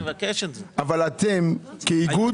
אבל אתם כאיגוד,